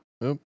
Nope